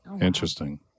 Interesting